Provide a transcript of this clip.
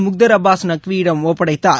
முக்தார் அப்பாஸ் நக்வி யிடம் ஒப்படைத்தார்